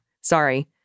sorry